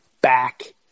back